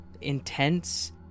intense